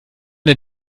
der